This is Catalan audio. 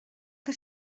que